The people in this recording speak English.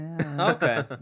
Okay